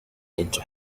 into